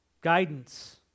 Guidance